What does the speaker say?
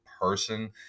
person